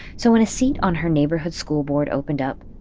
so when a seat on her neighborhood school board opened up,